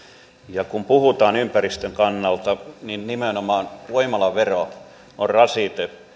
ja kun puhutaan ympäristön kannalta niin nimenomaan voimalavero on rasite